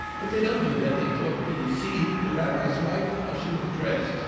but they don't do that. they talk, do you see the rabbi's wife, how she was dressed?